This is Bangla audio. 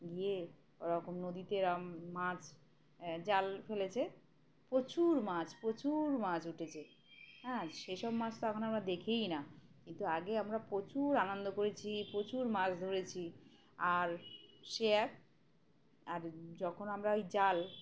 গিয়ে ওরকম নদীতেরম মাছ জাল ফেলেছে প্রচুর মাছ প্রচুর মাছ উঠেছে হ্যাঁ সেসব মাছ তো এখন আমরা দেখেই না কিন্তু আগে আমরা প্রচুর আনন্দ করেছি প্রচুর মাছ ধরেছি আর সে এক আর যখন আমরা ওই জাল